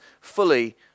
fully